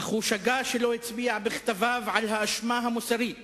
אך הוא שגה שלא הצביע בכתביו על האשמה המוסרית